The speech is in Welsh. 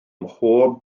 mhob